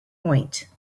point